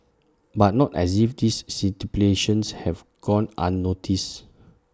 but not as if this stipulations have gone unnoticed